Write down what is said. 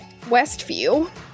Westview